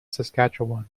saskatchewan